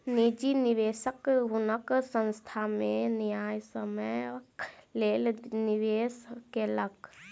निजी निवेशक हुनकर संस्थान में न्यायसम्यक लेल निवेश केलक